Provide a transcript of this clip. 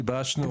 גיבשנו,